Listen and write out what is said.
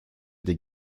des